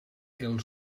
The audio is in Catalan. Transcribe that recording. els